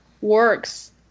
works